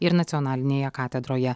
ir nacionalinėje katedroje